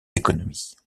économies